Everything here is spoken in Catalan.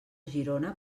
girona